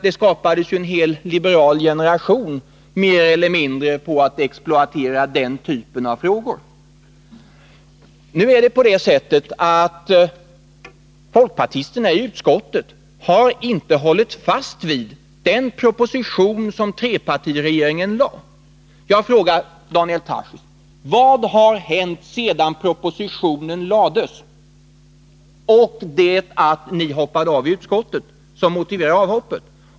Det skapades en hel liberal generation mer eller mindre genom att exploatera den typen av frågor. Nu är det emellertid på det sättet att folkpartisterna i utskottet inte har hållit fast vid den proposition som trepartiregeringen lade fram. Jag frågar därför Daniel Tarschys: Vad har hänt från tidpunkten då propositionen framlades tills ni hoppade av i utskottet, vad har motiverat avhoppet?